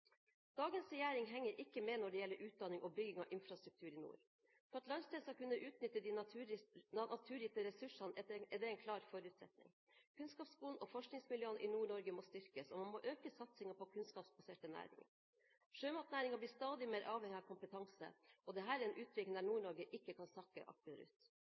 Dagens regjering henger ikke med når det gjelder utdanning og bygging av infrastruktur i nord. For at landsdelen skal kunne utnytte de naturgitte ressursene, er dét en klar forutsetning. Kunnskapsskolen og forskningsmiljøene i Nord-Norge må styrkes, og man må øke satsingen på kunnskapsbaserte næringer. Sjømatnæringen blir stadig mer avhengig av kompetanse, og dette er en utvikling der Nord-Norge ikke kan sakke